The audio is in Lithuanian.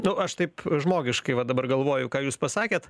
nu aš taip žmogiškai va dabar galvoju ką jūs pasakėt